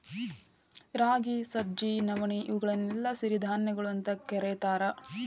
ರಾಗಿ, ಸಜ್ಜಿ, ನವಣಿ, ಇವುಗಳನ್ನೆಲ್ಲ ಸಿರಿಧಾನ್ಯಗಳು ಅಂತ ಕರೇತಾರ